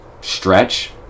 stretch